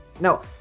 Now